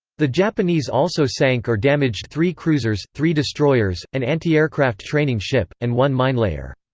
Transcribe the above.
the japanese also sank or damaged three cruisers, three destroyers, an anti-aircraft training ship, and one minelayer.